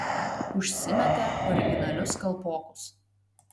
užsimetė originalius kalpokus